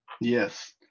Yes